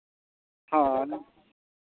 ᱦᱳᱭ